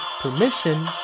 permission